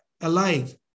alive